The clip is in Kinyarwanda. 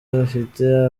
bafite